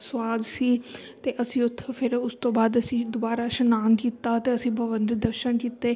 ਸੁਆਦ ਸੀ ਅਤੇ ਅਸੀਂ ਉੱਥੋਂ ਫਿਰ ਉਸ ਤੋਂ ਬਾਅਦ ਅਸੀਂ ਦੁਬਾਰਾ ਇਸ਼ਨਾਨ ਕੀਤਾ ਅਤੇ ਅਸੀਂ ਭਗਵਾਨ ਦੇ ਦਰਸ਼ਨ ਕੀਤੇ